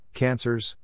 cancers